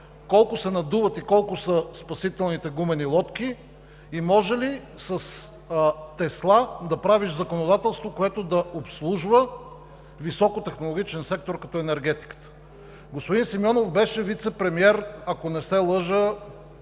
колко се надуват и колко са спасителните гумени лодки и може ли с тесла да правиш законодателство, което да обслужва високотехнологичен сектор като енергетика? Господин Симеонов беше вицепремиер, ако не се лъжа,